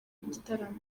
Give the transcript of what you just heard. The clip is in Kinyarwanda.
igitaramo